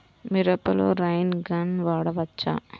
మిరపలో rain gun వాడవచ్చా?